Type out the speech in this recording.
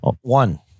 One